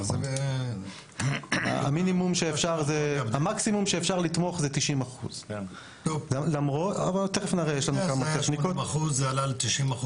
המקסימום שאפשר לתמוך זה 90%. זה עלה ל-90%,